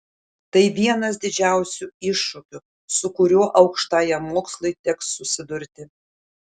tai vienas didžiausių iššūkių su kuriuo aukštajam mokslui teks susidurti